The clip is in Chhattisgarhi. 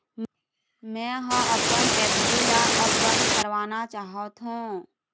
मै ह अपन एफ.डी ला अब बंद करवाना चाहथों